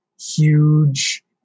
huge